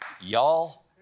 Y'all